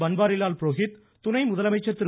பன்வாரிலால் புரோகித் துணை முதலமைச்சர் திரு